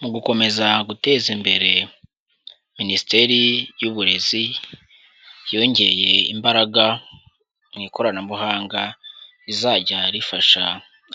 Mu gukomeza guteza imbere, Minisiteri y'Uburezi yongeye imbaraga mu ikoranabuhanga rizajya rifasha